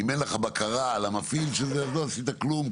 אם אין לך בקרה על המפעיל של זה, אז לא עשית כלום.